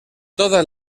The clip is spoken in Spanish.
todas